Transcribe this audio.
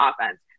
offense